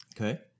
okay